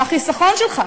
מהחיסכון שלך.